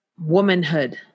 womanhood